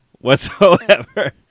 whatsoever